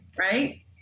Right